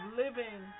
living